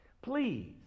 Please